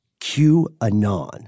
QAnon